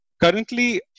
Currently